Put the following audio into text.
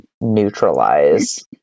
neutralize